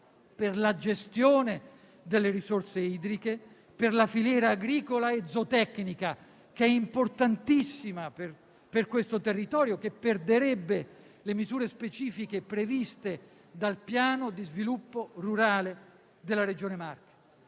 per la gestione delle risorse idriche, per la filiera agricola e zootecnica, che è importantissima in questo territorio, che perderebbe le misure specifiche previste dal piano di sviluppo rurale della Regione Marche.